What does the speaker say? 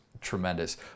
tremendous